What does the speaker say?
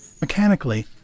Mechanically